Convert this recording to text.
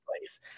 place